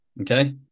Okay